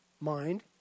mind